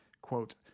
quote